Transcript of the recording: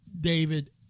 david